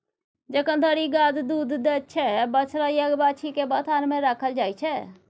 जखन धरि गाय दुध दैत छै बछ्छा या बाछी केँ बथान मे राखल जाइ छै